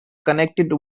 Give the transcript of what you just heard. connected